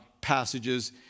passages